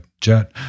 jet